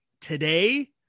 today